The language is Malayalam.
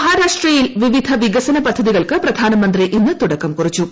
മഹാരാഷ്ട്രയിൽ വിവിധ വികസന പദ്ധതികൾക്ക് പ്രധാനമന്തി ഇന്ന് തുടക്കം കുറിച്ചു